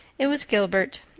it was gilbert,